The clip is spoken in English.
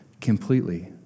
completely